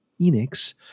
Enix